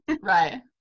Right